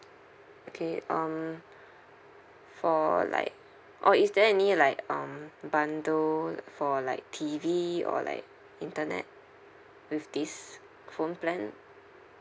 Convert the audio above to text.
okay um for like or is there any like um bundle for like T_V or like internet with this phone plan